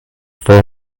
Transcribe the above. for